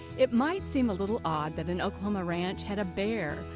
it might seem a little odd that an oklahoma ranch had a bear,